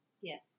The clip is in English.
yes